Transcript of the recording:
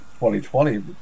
2020